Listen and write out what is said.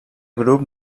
grup